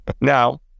Now